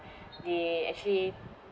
they actually